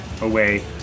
away